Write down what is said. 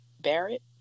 barrett